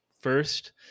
First